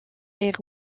est